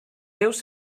déus